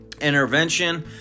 intervention